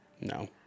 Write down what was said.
No